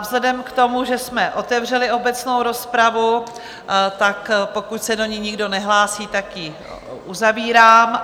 Vzhledem k tomu, že jsme otevřeli obecnou rozpravu, pokud se do ní nikdo nehlásí, tak ji uzavírám.